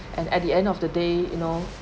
and at the end of the day you know